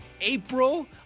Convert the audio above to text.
April